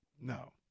No